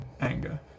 anger